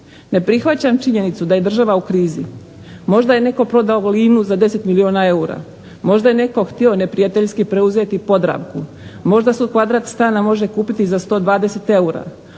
Ne prihvaćam činjenicu da je država u krizi. Možda je netko prodao .../Govornica se ne razumije./... za 10 milijuna eura, možda je netko htio neprijateljski preuzeti Podravku, možda se kvadrat stana može kupiti za 120 eura,